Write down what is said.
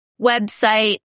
website